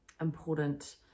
important